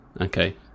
Okay